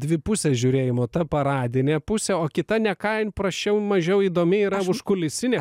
dvi pusės žiūrėjimo ta paradinė pusė o kita ne ką jin prasčiau mažiau įdomi yra užkulisinė